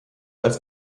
als